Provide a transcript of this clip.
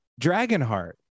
Dragonheart